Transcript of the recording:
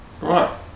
Right